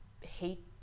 hate